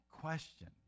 question